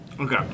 Okay